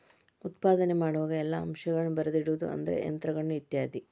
ಉತ್ಪಾದನೆ ಮಾಡುವಾಗ ಎಲ್ಲಾ ಅಂಶಗಳನ್ನ ಬರದಿಡುದು ಅಂದ್ರ ಯಂತ್ರಗಳು ಇತ್ಯಾದಿ